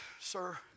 Sir